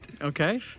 Okay